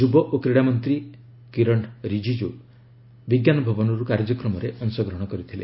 ଯୁବ ଓ କ୍ରୀଡ଼ାମନ୍ତ୍ରୀ କିରନ ରିଜିକ୍ୟୁ ବିଞ୍ଜାନ ଭବନରୁ କାର୍ଯ୍ୟକ୍ରମରେ ଅଂଶଗ୍ରହଣ କରିଥିଲେ